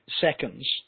seconds